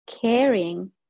caring